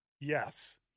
Yes